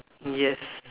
yes